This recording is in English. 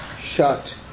shut